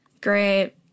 Great